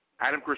Adam